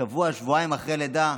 שבוע-שבועיים אחרי לידה.